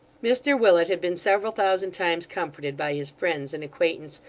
mr willet had been several thousand times comforted by his friends and acquaintance,